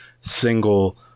single